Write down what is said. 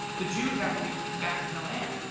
the jews have to be back in the land.